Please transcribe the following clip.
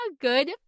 good